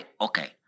Okay